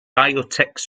biotech